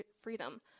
freedom